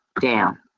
down